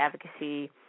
advocacy